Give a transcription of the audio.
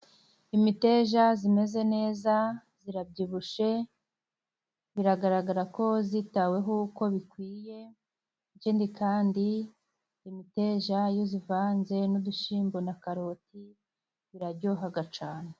Imiteja imeze neza， irabyibushye biragaragara ko yitaweho uko bikwiye， ikindi kandi imiteja iyo ivanze n'udushyimbo， na karoti，biraryoha cyane.